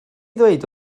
ddweud